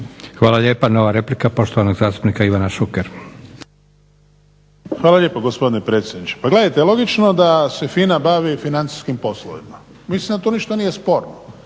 Hvala lijepa. Nova replika poštovanog zastupnika Ivana Šukera. **Šuker, Ivan (HDZ)** Hvala lijepo gospodine predsjedniče. Pa gledajte logično da se FINA bavi financijskim poslovima. Mislim da tu ništa nije sporno